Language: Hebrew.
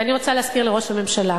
ואני רוצה להזכיר לראש הממשלה: